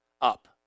up